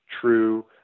true